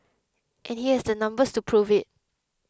and he has the numbers to prove it